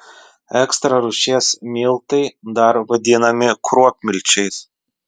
ekstra rūšies miltai dar vadinami kruopmilčiais